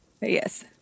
yes